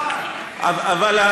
בסופו של דבר זאת הבחירה שגם אתה בחרת,